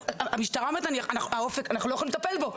המשטרה אומרת אנחנו לא יכולים לטפל בו,